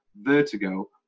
Vertigo